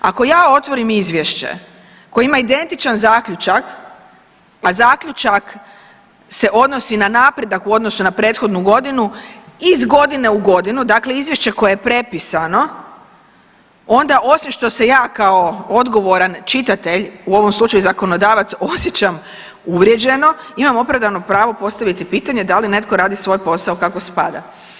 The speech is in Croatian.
Ako ja otvorim izvješće koje ima identičan zaključak, a zaključak se odnosi na napredak u odnosu na prethodnu godinu, iz godine u godinu, dakle izvješće koje je prepisano, onda, osim što se ja kao odgovoran čitatelj, u ovom slučaju zakonodavac osjećam uvrijeđeno, imam opravdano pravo postaviti pitanje da li netko radi svoj posao kako spada.